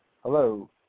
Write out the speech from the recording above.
Hello